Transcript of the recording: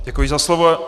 Děkuji za slovo.